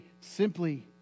simply